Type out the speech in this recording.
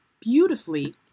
beautifully